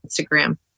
Instagram